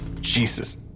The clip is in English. Jesus